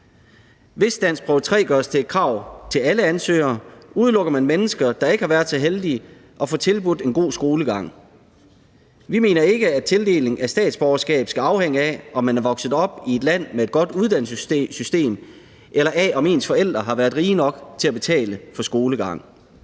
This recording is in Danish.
Hvis danskprøve 3 gøres til et krav til alle ansøgere, udelukker man mennesker, der ikke har været så heldige at få tilbudt en god skolegang. Vi mener ikke, at tildeling af statsborgerskab skal afhænge af, om man er vokset op i et land med et godt uddannelsessystem, eller af, om ens forældre har været rige nok til at betale for skolegang.